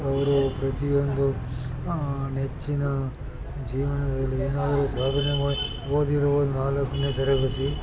ಅವರು ಪ್ರತಿಯೊಂದು ನೆಚ್ಚಿನ ಜೀವನದಲ್ಲಿ ಏನಾದ್ರೂ ಸಾಧನೆ ಮಾಡಿ ಓದಿರೋ ಒಂದು ನಾಲ್ಕನೇ ತರಗತಿ